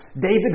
David